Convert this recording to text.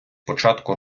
початку